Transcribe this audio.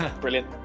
Brilliant